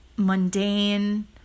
mundane